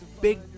big